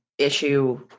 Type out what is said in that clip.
Issue